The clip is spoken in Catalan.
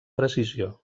precisió